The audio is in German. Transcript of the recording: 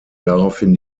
daraufhin